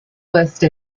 list